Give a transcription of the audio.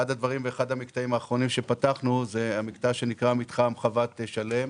אחד הדברים ואחד המקטעים האחרונים שפתחנו זה המקטע שנקרא "חוות שלם",